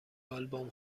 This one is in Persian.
آلبوم